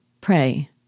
Pray